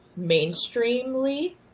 mainstreamly